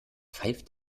pfeift